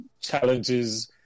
challenges